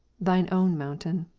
thine own mountain.